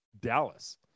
Dallas